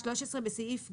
"(13)בסעיף 55ג1,